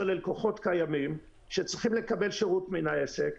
ללקוחות קיימים שצריכים לקבל שירות מן העסק,